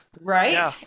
Right